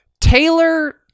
Taylor